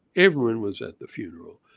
everyone was at the funeral.